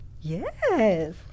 Yes